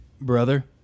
Brother